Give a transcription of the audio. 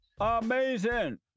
Amazing